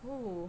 oh